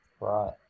Right